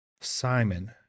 Simon